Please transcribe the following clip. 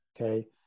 okay